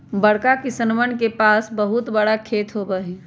बड़का किसनवन के पास बहुत बड़ा खेत होबा हई